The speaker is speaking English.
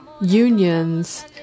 unions